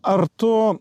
ar tu